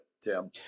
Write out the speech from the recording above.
Tim